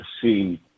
see